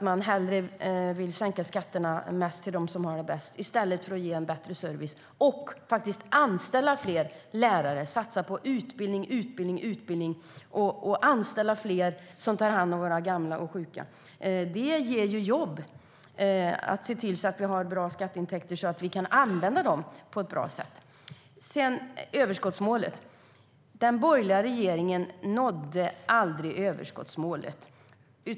Man vill hellre sänka skatterna mest för dem som har det bäst i stället för att ge en bättre service, anställa fler lärare, satsa hårt på utbildning och anställa fler som tar hand om våra gamla och sjuka. Men det ger jobb att se till att vi har bra skatteintäkter och att vi kan använda dem på ett bra sätt. Den borgerliga regeringen nådde aldrig överskottsmålet.